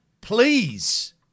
Please